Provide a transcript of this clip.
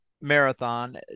Marathon